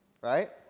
right